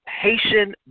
Haitian